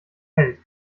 pellt